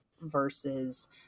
versus